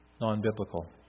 non-biblical